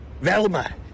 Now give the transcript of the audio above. Velma